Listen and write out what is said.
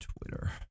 Twitter